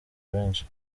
benshi